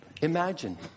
Imagine